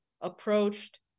approached